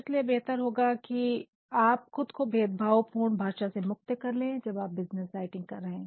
इसलिए बेहतर होगा कि आप खुद को भेदभाव पूर्ण भाषा से मुक्त कर ले जब आप बिज़नेस राइटिंग कर रहे है